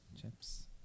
Chips